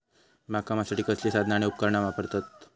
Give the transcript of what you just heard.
बागकामासाठी कसली साधना आणि उपकरणा वापरतत?